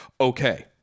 okay